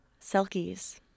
selkies